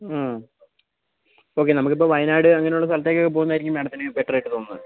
okay നമുക്കിപ്പോൾ വയനാട് അങ്ങനെയുള്ള സ്ഥലത്തേക്കൊക്കെ പോകുന്നതായിരിക്കും മാഡത്തിന് ബെറ്റർ ആയിട്ട് തോന്നുന്നത്